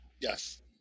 yes